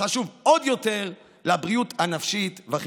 חשוב עוד יותר לבריאות הנפשית והחינוכית.